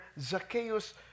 Zacchaeus